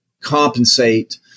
compensate